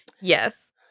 yes